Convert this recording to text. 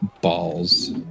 balls